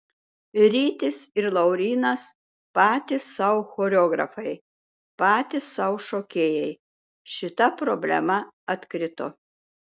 rytis ir laurynas patys sau choreografai patys sau šokėjai šita problema atkrito